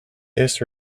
this